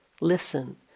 Listen